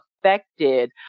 affected